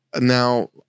Now